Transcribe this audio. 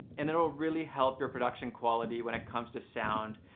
and it'll really help your production quality when it comes to sound,